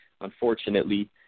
unfortunately